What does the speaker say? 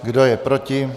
Kdo je proti?